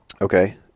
Okay